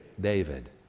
David